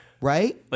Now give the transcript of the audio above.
right